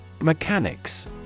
Mechanics